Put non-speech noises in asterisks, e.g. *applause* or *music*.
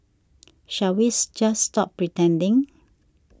shall we *unintelligible* just stop pretending